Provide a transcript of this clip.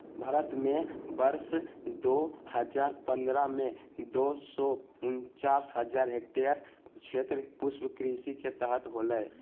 भारत में वर्ष दो हजार पंद्रह में, दो सौ उनचास हजार हेक्टयेर क्षेत्र पुष्पकृषि के तहत होले